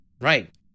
Right